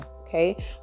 Okay